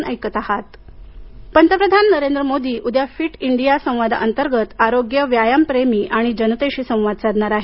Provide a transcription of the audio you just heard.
पंतप्रधान fit India पंतप्रधान नरेंद्र मोदी उद्या फिट इंडिया संवादाअंतर्गत आरोग्य व्यायाम प्रेमी आणि जनतेशी संवाद साधणार आहेत